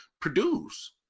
produce